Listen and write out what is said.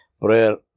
prayer